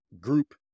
group